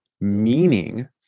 meaning